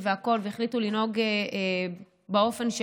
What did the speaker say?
מאה אחוז.